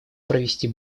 провести